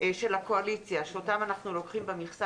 של הקואליציה שאותם אנחנו לוקחים במכסה